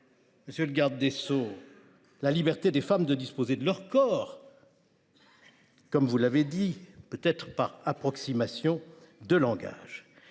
monsieur le garde des sceaux, « la liberté des femmes de disposer de leur corps », comme vous l’avez dit, peut être par approximation de langage…